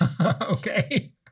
Okay